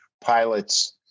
pilots